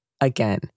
Again